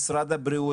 משרד הבריאות,